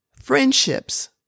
friendships